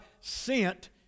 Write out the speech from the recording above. SENT